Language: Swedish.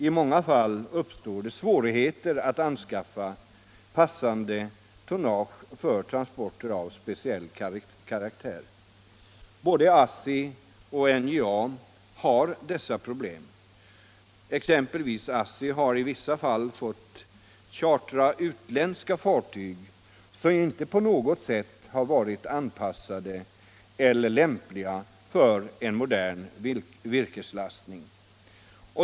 I många fall uppstår det svårigheter att anskaffa passande tonnage för transporter av speciell karaktär. Både ASSI och NJA har dessa problem. Exempelvis ASSI har i vissa fall fått chartra utländska fartyg som inte på något sätt varit anpassade till eller lämpliga för en modern virkeslastning.